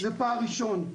זה פער ראשון.